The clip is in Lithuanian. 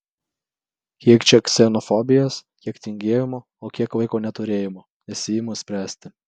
kiek čia ksenofobijos kiek tingėjimo o kiek laiko neturėjimo nesiimu spręsti